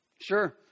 Sure